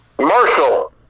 Marshall